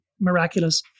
miraculous